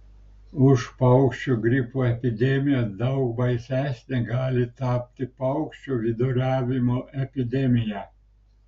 už paukščių gripo epidemiją daug baisesne gali tapti paukščių viduriavimo epidemija